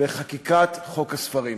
בחקיקת חוק הספרים.